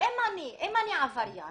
אם אני עבריין